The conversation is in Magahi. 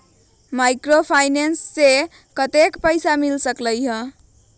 माइक्रोफाइनेंस से कतेक पैसा मिल सकले ला?